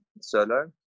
solo